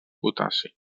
potassi